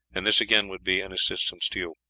and this again would be an assistance to you.